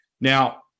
Now